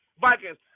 Vikings